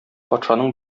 патшаның